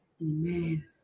Amen